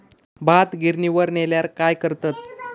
भात गिर्निवर नेल्यार काय करतत?